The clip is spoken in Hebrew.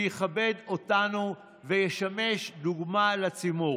שיכבד אותנו וישמש דוגמה לציבור.